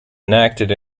enacted